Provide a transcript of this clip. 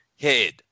head